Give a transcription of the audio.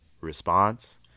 response